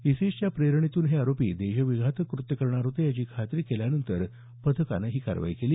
इसिसच्या प्रेरणेतून हे आरोपी देश विघातक कृत्य करणार होते याची खात्री केल्यानंतर पथकानं ही कारवाई केली